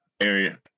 area